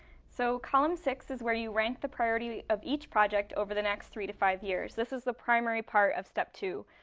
so column six is where you rank the priority of each project over the next three to five years. this is the primary part of step two.